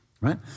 right